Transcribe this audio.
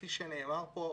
כפי שנאמר פה,